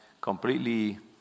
completely